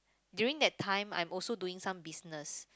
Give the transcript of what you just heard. during that time I'm also doing some business